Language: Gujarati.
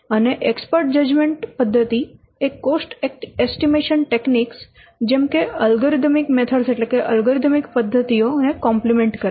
અને એક્સપર્ટ જજમેન્ટ પદ્ધતિ એ કોસ્ટ એસ્ટીમેશન ટેકનીક્સ જેમ કે અલ્ગોરિધમિક પદ્ધતિઓ ને કોમ્પ્લીમેન્ટ કરે છે